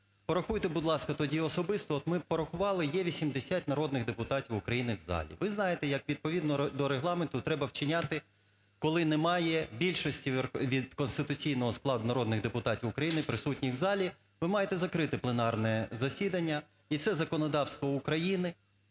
Порахуйте, будь ласка, тоді особисто, от ми порахували, є 80 народних депутатів України в залі. Ви знаєте, як відповідно до Регламенту треба вчиняти, коли немає більшості від конституційного складу народних депутатів України і присутніх в залі. Ви маєте закрити пленарне засідання, і це законодавство України.